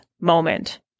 moment